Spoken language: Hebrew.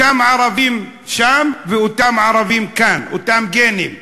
אותם ערבים שם ואותם ערבים כאן, אותם גנים.